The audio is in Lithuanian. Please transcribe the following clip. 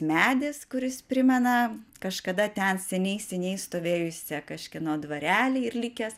medis kuris primena kažkada ten seniai seniai stovėjusią kažkieno dvarelį ir likęs